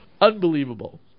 unbelievable